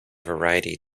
variety